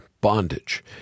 bondage